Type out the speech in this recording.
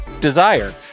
Desire